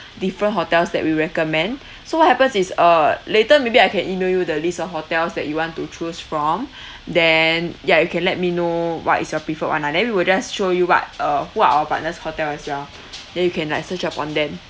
different hotels that we recommend so what happens is uh later maybe I can email you the list of hotels that you want to choose from then ya you can let me know what is your preferred [one] ah then we will just show you what uh who our partners hotel as well then you can like search up on them